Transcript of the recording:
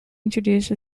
introduced